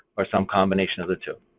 or some combination of the two.